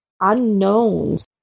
unknowns